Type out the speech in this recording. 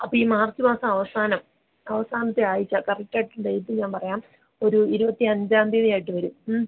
അപ്പം ഈ മാർച്ച് മാസം അവസാനം അവസാനത്തെ ആഴ്ച്ച കറക്റ്റ് ഡേറ്റ് ഞാൻ പറയാം ഒരു ഇരുപത്തി അഞ്ചാം തീയതിയായിട്ട് വരും മ്